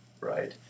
right